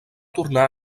tornar